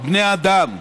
בני אדם,